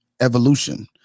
evolution